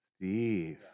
Steve